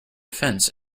fence